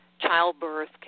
childbirth